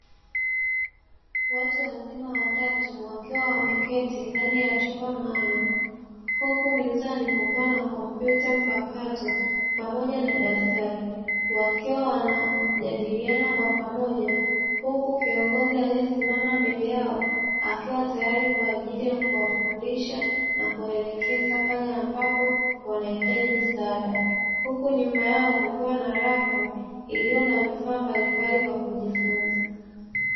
Watu wazima watatu wakiwa wameketi ndani ya chumba maalumu huku mezani kukiwa na kompyuta mpakato pamoja na daftari, wakiwa wanajadiliana kwa pamoja huku kiongozi aliyesimama mbele yao akiwa tayari kwa ajili ya kuwafundisha na kuwaelekeza pale ambapo wanahitaji msaada, huku nyuma yao kukiwa na rafu iliyo na vifaa mbalimbali vya kujifunza.